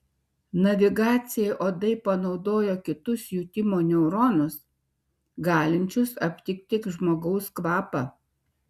navigacijai uodai panaudojo kitus jutimo neuronus galinčius aptikti žmogaus kvapą